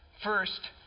First